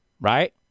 right